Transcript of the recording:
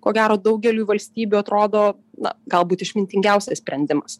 ko gero daugeliui valstybių atrodo na galbūt išmintingiausias sprendimas